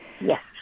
Yes